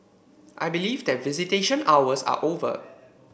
I believe that visitation hours are over